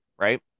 right